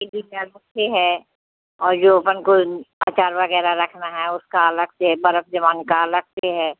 का अलग से है और जो अपन को अचार वगैराह रखना है उसका अलग से बर्फ जमाने का अलग से है